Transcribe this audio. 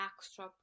extra